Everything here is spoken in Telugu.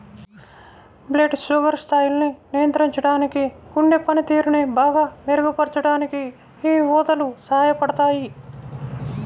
బ్లడ్ షుగర్ స్థాయిల్ని నియంత్రించడానికి, గుండె పనితీరుని బాగా మెరుగుపరచడానికి యీ ఊదలు సహాయపడతయ్యి